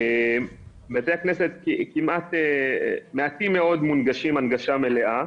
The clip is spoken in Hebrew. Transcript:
בתי הכנסת מועטים מאוד מונגשים הנגשה מלאה.